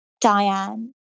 Diane